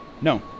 No